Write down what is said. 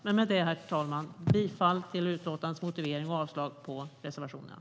Med det, herr talman, yrkar jag bifall till förslaget i utlåtandet och avslag på reservationerna.